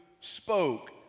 spoke